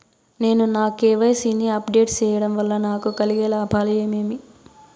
నేను నా కె.వై.సి ని అప్ డేట్ సేయడం వల్ల నాకు కలిగే లాభాలు ఏమేమీ?